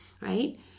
Right